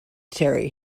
terry